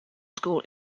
school